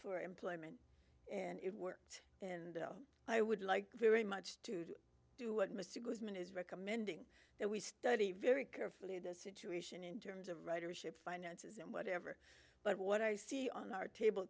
for employment and it worked and i would like very much to do what mr goldman is recommending that we study very carefully the situation in terms of writers ship finances and whatever but what i see on our table